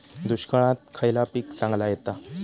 दुष्काळात खयला पीक चांगला येता?